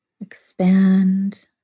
expand